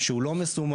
שהוא לא מסומן,